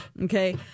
Okay